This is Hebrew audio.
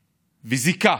וזיקה.